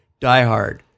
diehard